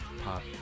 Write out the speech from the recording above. pop